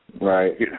Right